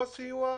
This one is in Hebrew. לא סיוע?